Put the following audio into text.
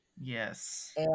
yes